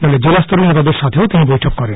দলের জেলা স্তরের নেতাদের সাখেও তিনি বৈঠক করেন